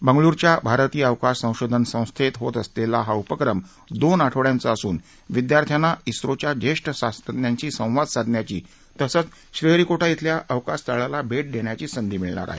बंगळुरुच्या भारतीय अवकाश संशोधन संस्थेत होत असलेला हा उपक्रम दोन आठवड्यांचा असून विद्यार्थ्यांना झोच्या ज्येष्ठ शास्रज्ञांशी संवाद साधण्याची तसंच श्रीहरी कोटा झेल्या अवकाश तळाला भेट देण्याची संधी मिळणार आहे